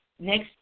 next